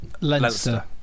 Leinster